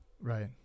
right